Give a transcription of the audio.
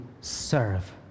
serve